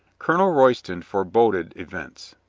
colonel royston foreboded events,